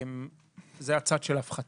זה הצד של הפחתה.